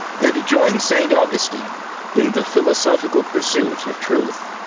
and join st. augustine in the philosophical pursuit of truth,